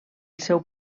seu